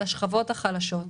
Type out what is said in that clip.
לשכבות החלשות,